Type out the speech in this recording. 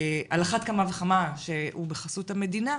על אחת כמה וכמה שהוא בחסות המדינה,